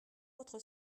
votre